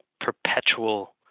perpetual